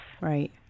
Right